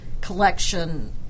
collection